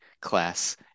class